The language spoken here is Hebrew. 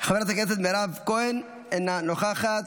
חברת הכנסת מירב כהן, אינה נוכחת,